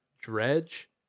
Dredge